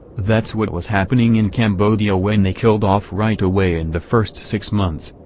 that's what was happening in cambodia when they killed off right away in the first six months,